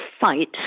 fight